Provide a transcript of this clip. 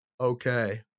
Okay